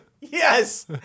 yes